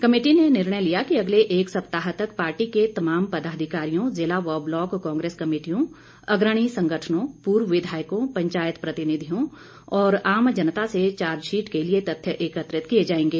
committee ने निर्णय लिया कि अगले एक सप्ताह तक पार्टी के तमाम पदाधिकारियों जिला व ब्लॉक कांग्रेस कमेटियों अग्रणी संगठनों पूर्व विधायकों पंचायत प्रतिनिधियों और आम जनता से चार्जशीट के लिए तथ्य एकत्रित किए जाएंगे